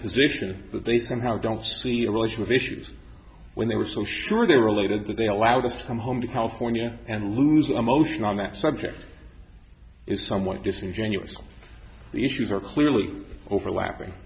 position that they somehow don't see a real issue of issues when they were so sure they're related that they allowed us to come home to california and lose a motion on that subject is somewhat disingenuous the issues are clearly overlapping